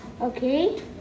Okay